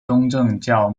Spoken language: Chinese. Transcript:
东正教